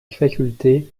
faculté